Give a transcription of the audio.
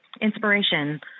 inspiration